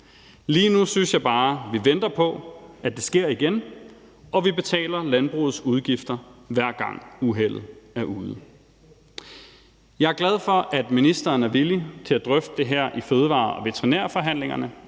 Lige nu synes jeg bare, at vi venter på, at det sker igen, og at vi betaler landbrugets udgifter, hver gang uheldet er ude. Jeg er glad for, at ministeren er villig til at drøfte det her i fødevare- og veterinærforhandlingerne,